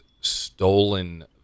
stolen